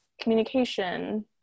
communication